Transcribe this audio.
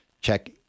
Check